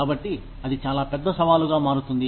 కాబట్టి అది చాలా పెద్ద సవాలుగా మారుతుంది